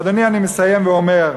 אדוני, אני מסיים ואומר,